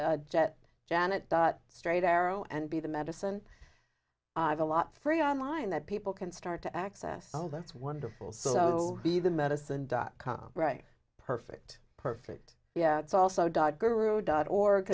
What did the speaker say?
man jet janet dot straight arrow and be the medicine i've a lot free on line that people can start to access all that's wonderful so be the medicine dot com right perfect perfect yeah it's also dot